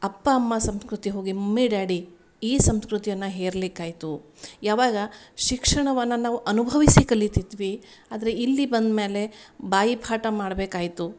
ಅಪ್ಪ ಅಮ್ಮ ಸಂಸ್ಕೃತಿ ಹೋಗಿ ಮಮ್ಮಿ ಡ್ಯಾಡಿ ಈ ಸಂಸ್ಕೃತಿಯನ್ನ ಹೇರ್ಲಿಕ್ಕಾಯಿತು ಯಾವಾಗ ಶಿಕ್ಷಣವನ್ನ ನಾವು ಅನುಭವಿಸಿ ಕಲಿತಿದ್ವಿ ಆದರೆ ಇಲ್ಲಿ ಬಂದ್ಮೇಲೆ ಬಾಯಿ ಪಾಠ ಮಾಡ್ಬೇಕಾಯಿತು